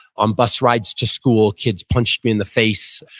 on bus rides to school kids punched me in the face.